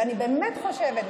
ואני באמת חושבת,